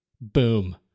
Boom